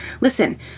Listen